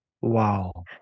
wow